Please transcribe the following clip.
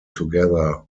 together